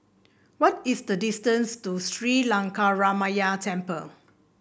what is the distance to Sri Lankaramaya Temple